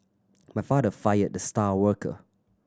my father fired the star worker